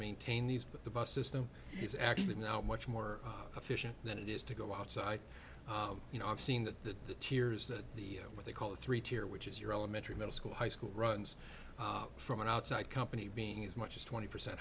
maintained these but the bus system is actually now much more efficient than it is to go outside you know i've seen that the tears that the what they call a three tier which is your elementary middle school high school runs from an outside company being as much as twenty percent